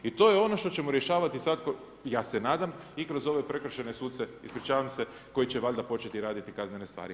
I to je ono što ćemo rješavati sad, ja se nadam, i kroz ove prekršajne suce, ispričavam se, koji će valjda početi raditi kaznene stvari.